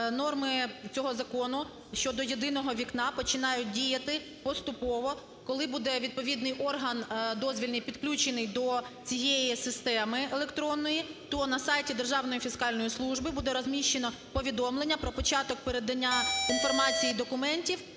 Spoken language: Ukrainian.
норми цього закону щодо "єдиного вікна" починають діяти поступово. Коли буде відповідний орган дозвільний підключений до цієї системи електронної, то на сайті Державної фіскальної служби буде розміщено повідомлення про початок передання інформації, документів